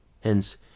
Hence